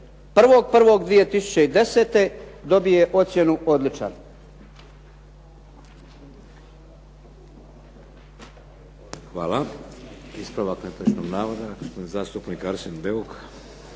1.1.2010. dobije ocjenu odličan.